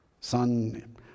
son